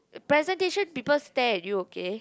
presentation people stare at you okay